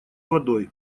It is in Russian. водой